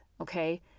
okay